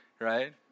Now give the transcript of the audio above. Right